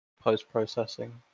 post-processing